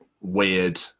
weird